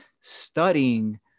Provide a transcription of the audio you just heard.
studying